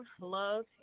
love